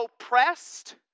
oppressed